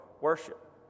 worship